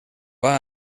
van